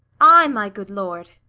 ay, my good lord.